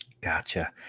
gotcha